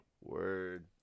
Word